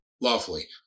lawfully